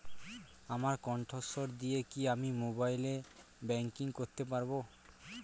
আমার কন্ঠস্বর দিয়ে কি আমি মোবাইলে ব্যাংকিং করতে পারবো?